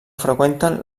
freqüenten